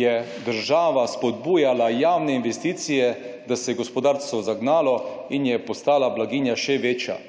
je država spodbujala javne investicije, da se je gospodarstvo zagnalo in je postala blaginja še večja.